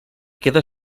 queda